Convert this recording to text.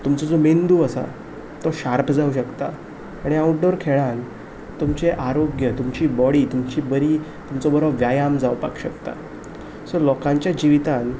तुमचो जो मेंधू आसा तो शार्प जावूंक शकता आनी आउटडोर खेळांत तुमचें आरोग्य तुमची बॉडी तुमची बरी तुमचो बरो व्यायाम जावपाक शकता सो लोकांचे जिवितांत